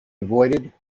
avoided